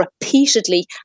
repeatedly